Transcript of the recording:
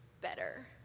better